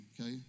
okay